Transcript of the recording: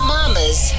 Mama's